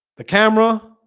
the camera,